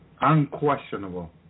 unquestionable